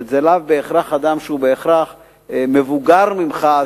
כלומר זה לא אדם שהוא בהכרח מבוגר ממך,